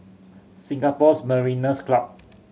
Singapore's Mariners' Club